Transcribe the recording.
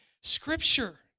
Scripture